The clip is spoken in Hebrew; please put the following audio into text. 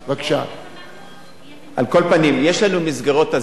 על כל פנים, יש לנו מסגרות הזנה במשרד הרווחה,